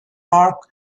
marc